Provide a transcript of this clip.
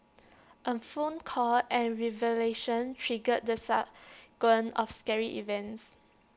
A phone call and revelation triggered the sequence of scary events